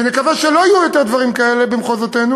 ונקווה שלא יהיו יותר דברים כאלה במחוזותינו,